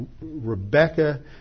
Rebecca